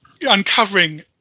uncovering